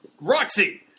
Roxy